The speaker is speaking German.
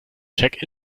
check